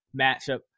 matchup